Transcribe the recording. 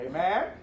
Amen